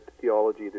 theology